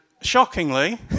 shockingly